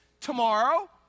tomorrow